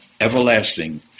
everlasting